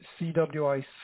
CWI